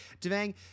Devang